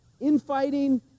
infighting